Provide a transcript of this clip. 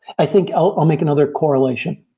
i think i'll i'll make another correlation,